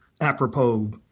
apropos